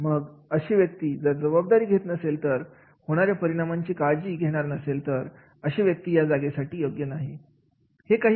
मग अशा व्यक्ती जर जबाबदारी घेत नसेल तर होणाऱ्या परिणामांची काळजी घेणार नसेल तर अशी व्यक्ती या जागेसाठी योग्य नाही